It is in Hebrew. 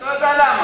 אתה יודע למה.